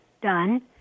done